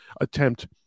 attempt